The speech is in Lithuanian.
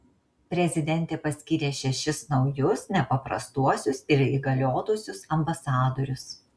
prezidentė paskyrė šešis naujus nepaprastuosius ir įgaliotuosiuos ambasadorius